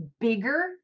bigger